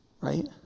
Right